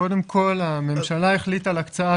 קודם כל הממשלה החליטה על הקצאה,